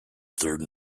third